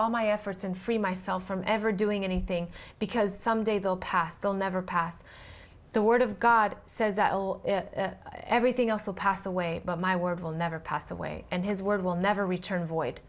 all my efforts and free myself from ever doing anything because some day they'll pass they'll never pass the word of god says that everything else will pass away but my word will never pass away and his word will never return void